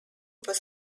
was